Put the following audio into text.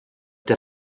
der